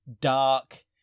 dark